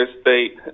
State